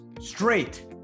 straight